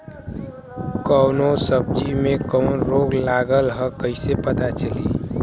कौनो सब्ज़ी में कवन रोग लागल ह कईसे पता चली?